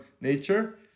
nature